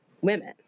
women